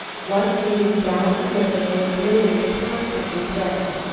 one leading down a river where blizzards constantly threatened,